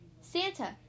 Santa